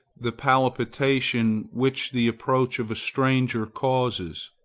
the palpitation which the approach of a stranger causes.